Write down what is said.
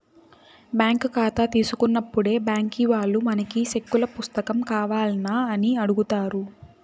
bank కాతా తీసుకున్నప్పుడే బ్యాంకీ వాల్లు మనకి సెక్కుల పుస్తకం కావాల్నా అని అడుగుతారు